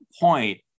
point